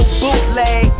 bootleg